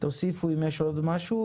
תוסיפו אם יש עוד משהו,